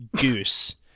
goose